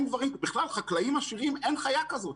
בכלל, חקלאים עשירים אין חיה כזו.